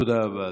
תודה רבה,